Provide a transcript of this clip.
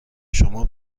شما